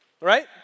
Right